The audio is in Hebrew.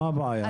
מה הבעיה?